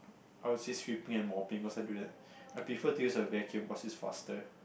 I would say sweeping and mopping I prefer to use a vacuum cause it's faster